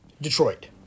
Detroit